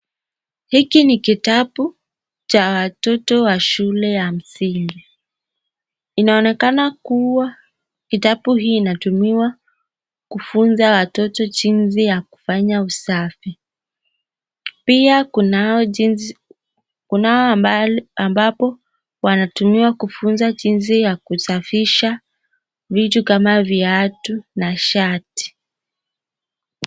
Hiki ni kitabu cha watoto wa shule ya msingi. Inaonekana kuwa kitabu hii inatumiwa kufunza watoto jinsi ya kufanya usafi. Pia kuna mahali ambapo wanatumiwa kufunza jinsi ya kusafisha vitu kama viatu na shati.